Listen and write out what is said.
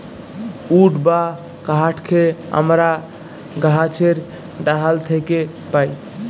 would বা কাহাঠকে আমরা গাহাছের ডাহাল থ্যাকে পাই